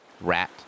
rat